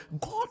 God